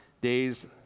days